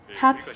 top